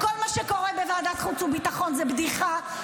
כל מה שקורה בוועדת החוץ והביטחון זו בדיחה,